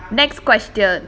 next question